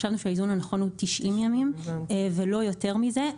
חשבנו שהאיזון הנכון הוא 90 ימים ולא יותר מזה.